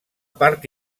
part